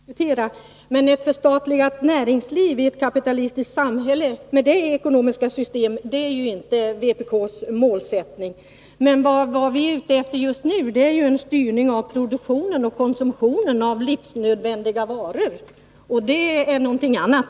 Herr talman! Jag vill säga — men bara helt kort, eftersom det är en annan fråga vi diskuterar — att ett förstatligat näringsliv i ett kapitalistiskt samhälle, dvs. med ett sådant ekonomiskt system, inte är vpk:s målsättning. Vad vi är ute efter just nu är en styrning av produktionen och konsumtionen av livsnödvändiga varor, och det är någonting annat.